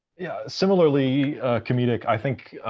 yeah, similarly comedic i think,